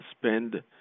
spend